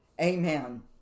amen